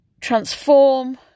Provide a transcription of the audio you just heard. transform